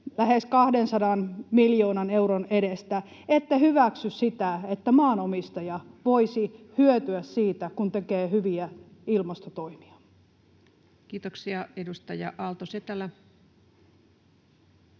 lähes 200 miljoonan euron edestä, ette hyväksy sitä, että maanomistaja voisi hyötyä siitä, kun tekee hyviä ilmastotoimia? [Speech 13] Speaker: